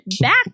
back